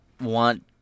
want